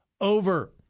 over